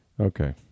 Okay